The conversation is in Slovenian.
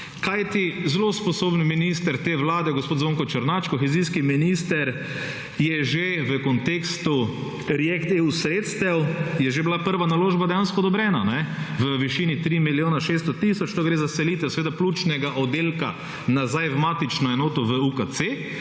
kajti zelo sposoben minister te vlade, gospod Zvonko Černač, kohezijski minister je že v kontekstu react EU sredstev je že bila prva naložba dejansko odobrena v višini tri milijone 600 tisoč, to gre za selitev seveda pljučnega oddelka nazaj v matično enoto v UKC,